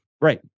right